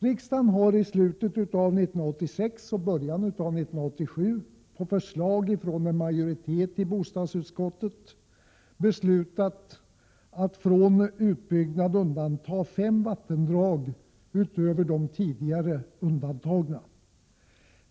Riksdagen har i slutet av 1986 och början av 1987, på förslag från en majoritet i bostadsutskottet, beslutat att från utbyggnad undanta fem vattendrag utöver tidigare undantagna.